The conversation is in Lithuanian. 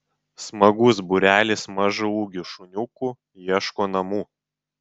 smagus būrelis mažaūgių šuniukų ieško namų